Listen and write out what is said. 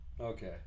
okay